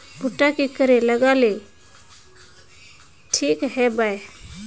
भुट्टा की करे लगा ले ठिक है बय?